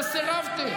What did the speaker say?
וסירבתם.